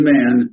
Man